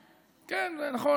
כן, זה נכון.